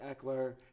Eckler